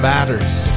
Matters